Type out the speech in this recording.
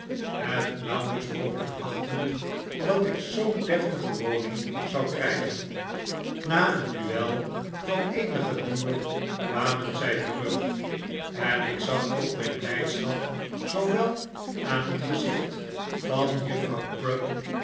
het nauwelijks mogelijk achtend dat ik zoo'n deftige woning zou krijgen na een duel van eenigen duur kwamen zij terug en ik zag tot mijn blijdschap zoowel aan het gezicht van juffrouw crupp